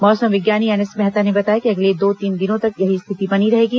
मौसम विज्ञानी एनएस मेहता ने बताया कि अगले दो तीन दिनों तक यही स्थिति बनी रहेगी